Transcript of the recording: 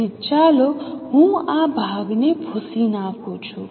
તેથી ચાલો હું આ ભાગને ભૂસી નાખું છું